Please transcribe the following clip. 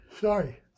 sorry